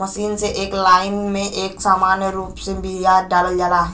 machine से एक line में एक समान रूप से बिया डालल जाला